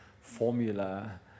formula